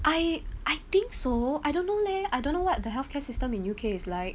I I think so I don't know leh I don't know what the healthcare system in U_K is like